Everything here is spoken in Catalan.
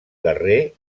guerrer